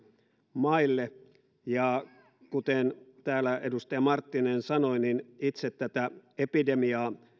maille kuten täällä edustaja marttinenkin sanoi niin itse tätä epidemiaa